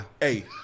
Hey